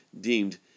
deemed